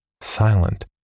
silent